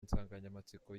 nsanganyamatsiko